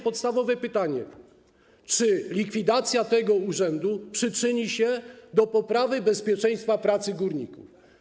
Podstawowe pytanie brzmi: Czy likwidacja tego urzędu przyczyni się do poprawy bezpieczeństwa pracy górników?